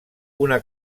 una